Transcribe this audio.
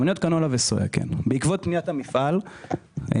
בעקבות פניית המפעל,